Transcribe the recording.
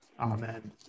Amen